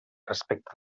respecte